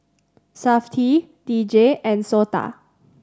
Safti D J and SOTA